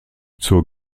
zur